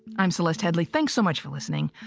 i'm celeste headlee. thanks so much for listening.